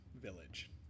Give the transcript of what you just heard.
village